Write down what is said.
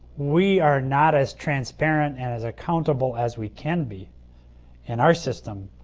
we are not as transparent and as accountable as we can be in our system,